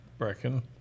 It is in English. Brecken